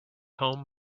home